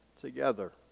together